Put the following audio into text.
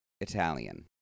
Italian